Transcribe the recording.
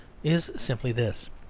is simply this.